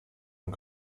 und